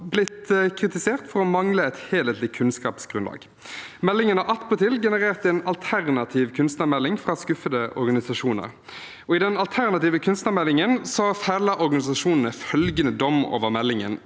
blitt kritisert for å mangle et helhetlig kunnskapsgrunnlag. Meldingen har attpåtil generert en alternativ kunstnermelding fra skuffede organisasjoner. I den alternative kunstnermeldingen feller organisasjonene følgende dom over meldingen: